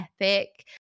epic